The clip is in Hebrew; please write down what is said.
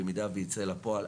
אם הוא יצא לפועל.